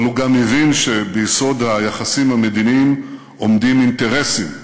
אבל הוא גם הבין שביסוד היחסים המדיניים עומדים אינטרסים,